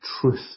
truth